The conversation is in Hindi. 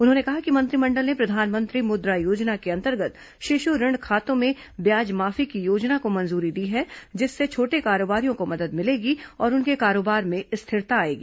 उन्होंने कहा कि मंत्रिमंडल ने प्र धानमंत्री मु द्वा योजना के अंतर्गत शिशु ऋण खातों में ब्याज माफी की योजना को मंजूरी दी है जिससे छोटे कारोबारियों को मदद मिलेगी और उनके कारोबार में स्थिरता आएगी